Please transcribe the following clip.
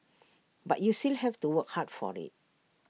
but you still have to work hard for IT